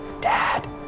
Dad